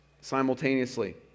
simultaneously